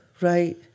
Right